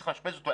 צריך לאשפז אותו,